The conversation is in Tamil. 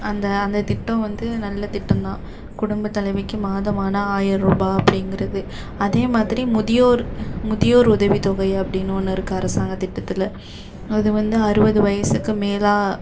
அந்த அந்த திட்டம் வந்து நல்ல திட்டந்தான் குடும்ப தலைவிக்கு மாதமானால் ஆயர ருபாய் அப்படிங்கறது அதே மாதிரி முதியோர் முதியோர் உதவித்தொகை அப்படின்னு ஒன்று இருக்குது அரசாங்கத் திட்டத்தில் அது வந்து அறுபது வயதுக்கு மேலாக